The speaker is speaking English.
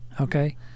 okay